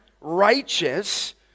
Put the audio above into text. righteous